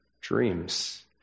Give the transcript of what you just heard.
dreams